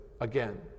again